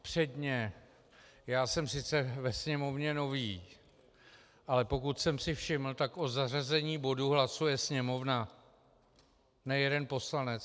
Předně, já jsem sice ve Sněmovně nový, ale pokud jsem si všiml, tak o zařazení bodu hlasuje Sněmovna, ne jeden poslanec.